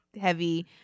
heavy